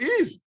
easy